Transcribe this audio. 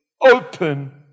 open